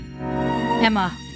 Emma